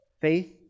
Faith